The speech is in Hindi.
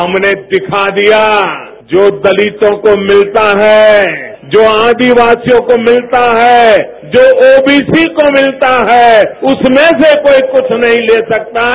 हमने दिखा दिया जो दलितों को मिलता है जो आदिवासियों को मिलता है जो ओबीसी को मिलता है उसमें से कोई कुछ नहीं ले सकता है